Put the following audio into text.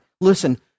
listen